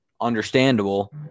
understandable